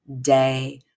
day